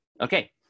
Okay